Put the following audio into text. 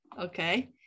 okay